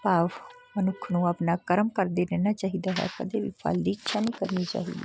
ਭਾਵ ਮਨੁੱਖ ਨੂੰ ਆਪਣਾ ਕਰਮ ਕਰਦੇ ਰਹਿਣਾ ਚਾਹੀਦਾ ਹੈ ਕਦੇ ਵੀ ਫਲ ਦੀ ਇੱਛਾ ਨਹੀਂ ਕਰਨੀ ਚਾਹੀਦੀ